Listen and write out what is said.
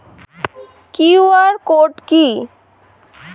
QR code কি?